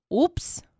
Oops